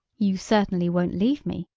you certainly won't leave me!